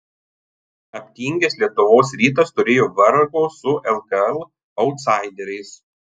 aptingęs lietuvos rytas turėjo vargo su lkl autsaideriais